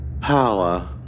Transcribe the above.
Power